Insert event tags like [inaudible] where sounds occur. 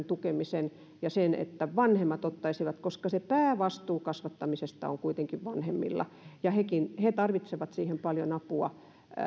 [unintelligible] tukemisen ja sen että vanhemmat ottaisivat koska se päävastuu kasvattamisesta on kuitenkin vanhemmilla ja he tarvitsevat siihen paljon apua